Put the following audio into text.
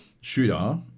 shooter